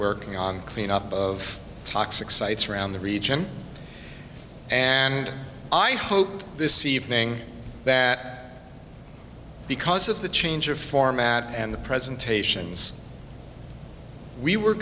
working on cleanup of toxic sites around the region and i hope this evening because of the change of format and the presentations we were